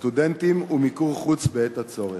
סטודנטים, ומיקור חוץ בעת הצורך.